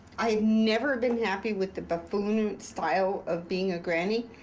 i've never been happy with the buffoon style of being a granny,